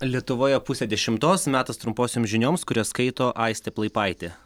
lietuvoje pusė dešimtos metas trumposioms žinioms kurias skaito aistė plaipaitė